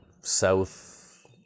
South